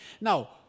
Now